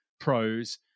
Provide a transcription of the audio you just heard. pros